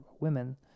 women